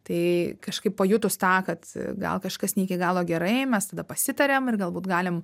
tai kažkaip pajutus tą kad gal kažkas ne iki galo gerai mes tada pasitariam ir galbūt galim